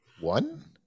One